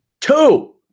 two